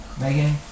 Megan